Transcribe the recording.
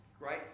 great